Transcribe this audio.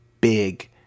big